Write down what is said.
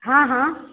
हॅं हॅं